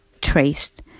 traced